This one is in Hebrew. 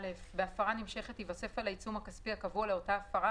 (א) בהפרה נמשכת ייווסף על העיצום הכספי הקבוע לאותה הפרה,